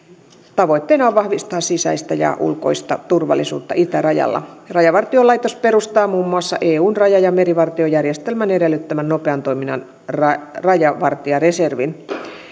tavoitteena on vahvistaa sisäistä ja ulkoista turvallisuutta itärajalla rajavartiolaitos perustaa muun muassa eun raja ja merivartiojärjestelmän edellyttämän nopean toiminnan rajavartijareservin